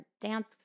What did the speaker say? dance